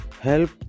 help